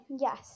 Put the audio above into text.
yes